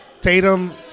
Tatum